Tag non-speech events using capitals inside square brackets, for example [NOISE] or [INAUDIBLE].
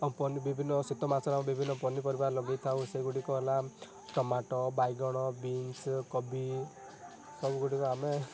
ଆଉ [UNINTELLIGIBLE] ବିଭିନ୍ନ ଶୀତ ମାସ ବିଭିନ୍ନ ପନିପରିବା ଲଗେଇଥାଉ ସେଇଗୁଡ଼ିକ ହେଲା ଟମାଟୋ ବାଇଗଣ ବିନ୍ସ କୋବି ସବୁଗୁଡ଼ିକ ଆମେ